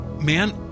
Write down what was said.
man